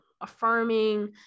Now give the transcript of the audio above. affirming